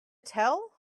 tell